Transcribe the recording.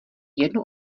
jednu